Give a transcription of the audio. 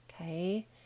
okay